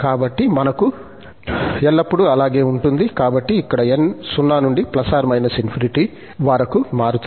కాబట్టి మనకు ఎల్లప్పుడూ అలానే ఉంటుంది కాబట్టి ఇక్కడ n 0 నుండి ±∞ వరకు మారుతుంది